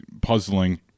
puzzling